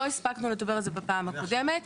לא הספקנו לדבר על זה בפעם הקודמת.